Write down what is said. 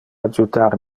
adjutar